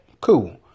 Cool